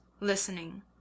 listening